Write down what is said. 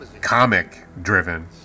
comic-driven